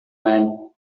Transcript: man